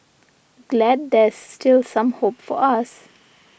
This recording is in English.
glad there's still some hope for us